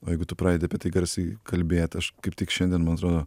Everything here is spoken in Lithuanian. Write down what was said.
o jeigu tu pradedi apie tai garsiai kalbėt aš kaip tik šiandien man atrodo